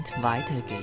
weitergeht